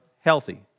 healthy